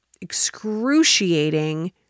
excruciating